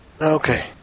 okay